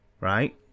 right